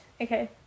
Okay